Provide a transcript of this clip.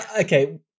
okay